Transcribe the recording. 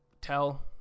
Tell